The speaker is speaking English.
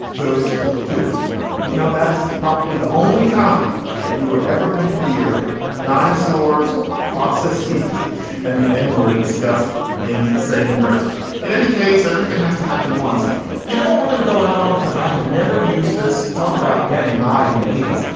those two you know, that is probably the only time that you are ever going to hear dinosaurs process heath and the n word disgust in the same breath in any case, everything has to happen once you know what we're gonna go out on, because i have never used this talk about getting high in the eighty s.